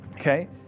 okay